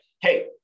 hey